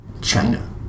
China